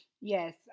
Yes